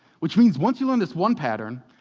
which means once you learn this one pattern,